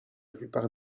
plupart